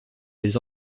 des